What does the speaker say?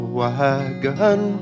wagon